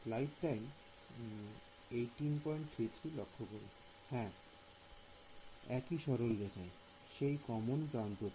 Student হ্যাঁ একই সরলরেখায় সেই কোন প্রান্তটি